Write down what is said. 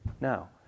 Now